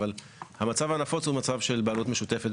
אבל המצב הנפוץ הוא מצב של בעלות משותפת